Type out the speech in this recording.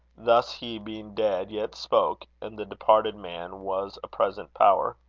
thus he, being dead, yet spoke, and the departed man was a present power.